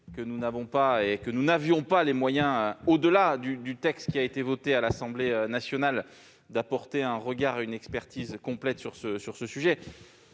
que nous n'avions pas les moyens, au-delà du texte qui a été voté à l'Assemblée nationale, d'apporter un regard, une expertise complète sur ce sujet.